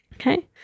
Okay